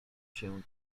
się